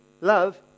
love